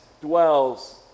dwells